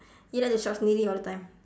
you like to shiok sendiri all the time